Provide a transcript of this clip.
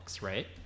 right